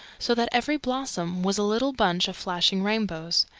so that every blossom was a little bunch of flashing rainbows.